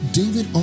david